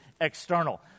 external